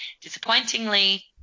disappointingly